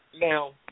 Now